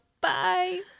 Bye